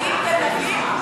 כולנו, רמאים, גנבים,